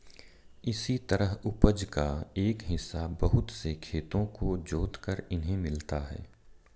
इसी तरह उपज का एक हिस्सा बहुत से खेतों को जोतकर इन्हें मिलता है